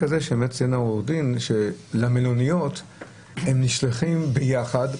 העו"ד ציין שלמלוניות הם נשלחים ביחד,